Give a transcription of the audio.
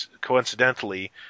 coincidentally